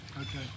Okay